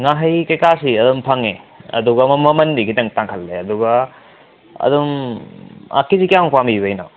ꯉꯥꯍꯩ ꯀꯩꯀꯥꯁꯤ ꯑꯗꯨꯝ ꯐꯪꯉꯦ ꯑꯗꯨꯒ ꯃꯃꯜꯗꯤ ꯈꯤꯇꯪ ꯇꯥꯡꯈꯠꯂꯦ ꯑꯗꯨꯒ ꯑꯗꯨꯝ ꯀꯦꯖꯤ ꯀꯌꯥꯃꯨꯛ ꯄꯥꯝꯕꯤꯕꯩꯅꯣ